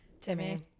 Timmy